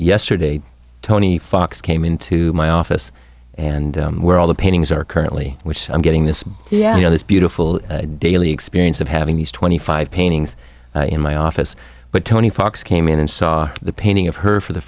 yesterday tony fox came into my office and we're all the paintings are currently which i'm getting this yeah this beautiful daily experience of having these twenty five paintings in my office but tony fox came in and saw the painting of her for the